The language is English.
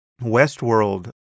Westworld